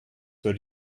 were